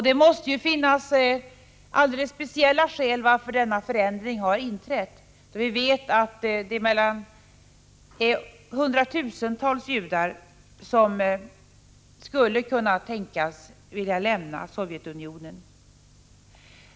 Det måste finnas alldeles speciella skäl till att denna förändring har inträtt, eftersom vi vet att hundratusentals judar skulle kunna tänkas vilja lämna Sovjetunionen.